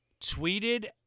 tweeted